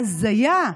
להזיה,